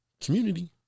community